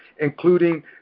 including